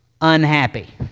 unhappy